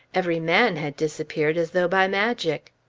every man had disappeared as though by magic.